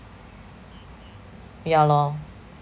ya lor